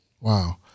wow